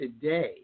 today